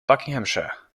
buckinghamshire